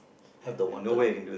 have the water